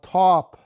top